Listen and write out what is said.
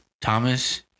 Thomas